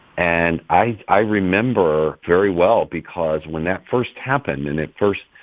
and i i remember very well because when that first happened, and at first,